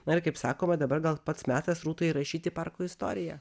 na ir kaip sakoma dabar gal pats metas rūtai rašyti parko istoriją